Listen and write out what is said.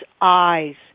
eyes